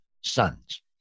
sons